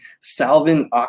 Salvin